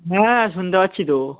হ্যাঁ শুনতে পাচ্ছি তো